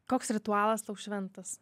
koks ritualas šventas